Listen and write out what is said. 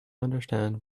understand